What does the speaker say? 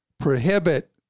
prohibit